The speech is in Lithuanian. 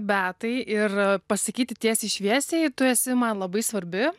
beatai ir pasakyti tiesiai šviesiai tu esi man labai svarbi